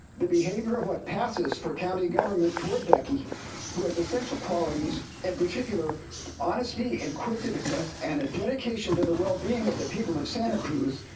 the behavior of what passes for county government toward becky who has essential qualities in particular honesty, inquisitiveness, and a dedication to the wellbeing of the people of santa cruz,